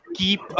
keep